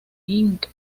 inc